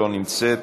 אינה נוכחת,